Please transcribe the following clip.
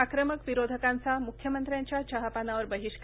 आक्रमक विरोधकांचा मुख्यमंत्र्यांच्या चहापानावर बहिष्कार